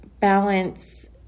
balance